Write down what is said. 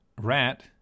rat